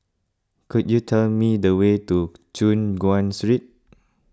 could you tell me the way to Choon Guan Street